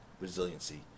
resiliency